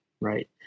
Right